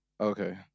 Okay